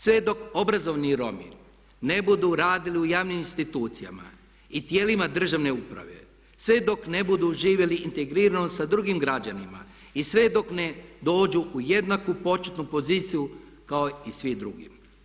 Sve dok obrazovni Romi ne budu radili u javnim institucijama i tijelima državne uprave, sve dok ne budu živjeli integrirano sa drugim građanima i sve dok ne dođu u jednaku početnu poziciju kao i svi drugi.